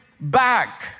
back